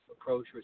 approach